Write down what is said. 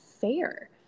fair